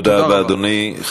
תודה רבה, אדוני.